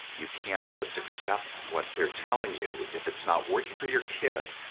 you can't just accept what they're telling you if it's not working for your kid,